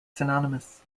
synonymous